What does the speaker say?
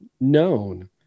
known